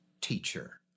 teacher